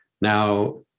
now